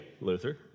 Luther